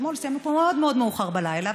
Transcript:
אתמול סיימנו פה מאוד מאוד מאוחר בלילה,